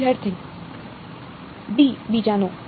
વિદ્યાર્થી d બીજાનો